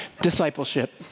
discipleship